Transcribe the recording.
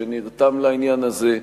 שנרתם לעניין הזה,